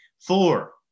Four